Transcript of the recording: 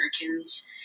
Americans